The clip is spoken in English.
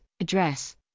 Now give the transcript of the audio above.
Address